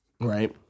Right